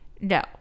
no